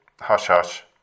hush-hush